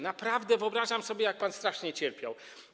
Naprawdę wyobrażam sobie, jak pan strasznie cierpiał.